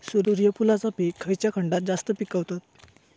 सूर्यफूलाचा पीक खयच्या खंडात जास्त पिकवतत?